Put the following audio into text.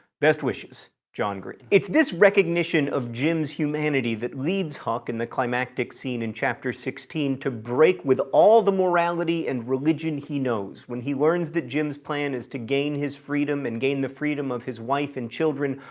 best wishes. john green. it's this recognition of jim's humanity that leads huck, in the climactic scene in chapter sixteen, to break with all the morality and religion he knows. when he learns that jim's plan is to gain his freedom and gain the freedom of his wife and children,